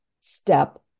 step